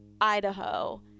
Idaho